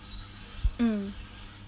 mm